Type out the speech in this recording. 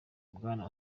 bwana